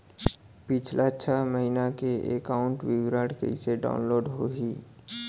पिछला छः महीना के एकाउंट विवरण कइसे डाऊनलोड होही?